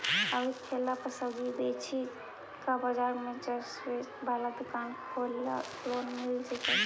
अभी ठेला पर सब्जी बेच ही का बाजार में ज्सबजी बाला दुकान खोले ल लोन मिल जईतै?